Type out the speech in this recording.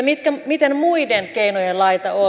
entä miten muiden keinojen laita on